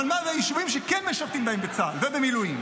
אבל מה ביישובים שכן משרתים בהם בצה"ל ובמילואים?